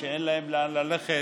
כשאין להם לאן ללכת,